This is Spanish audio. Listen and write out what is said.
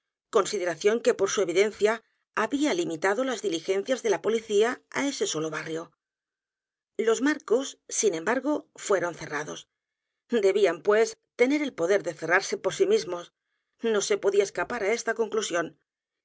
consideración que por su evidencia había limitado las diligencias de la policía á e s e solo barrio los marcos sin embargo fueron cerrados debían pues tener el poder d e cerrarse edgar poe novelas y cuentos por sí mismos no se podia escapar á esta conclusión